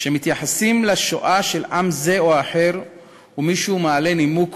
כשמתייחסים לשואה של עם זה או אחר ומישהו מעלה נימוק